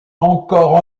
encore